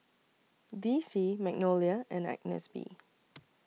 D C Magnolia and Agnes B